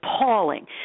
appalling